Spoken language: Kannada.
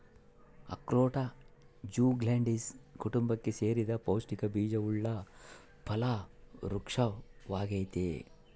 ಅಖ್ರೋಟ ಜ್ಯುಗ್ಲಂಡೇಸೀ ಕುಟುಂಬಕ್ಕೆ ಸೇರಿದ ಪೌಷ್ಟಿಕ ಬೀಜವುಳ್ಳ ಫಲ ವೃಕ್ಪವಾಗೈತಿ